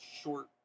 short